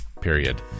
period